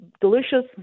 delicious